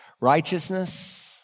Righteousness